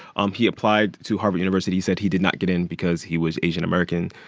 um he applied to harvard university. he said he did not get in because he was asian-american.